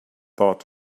thought